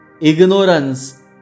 Ignorance